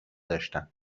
داشتم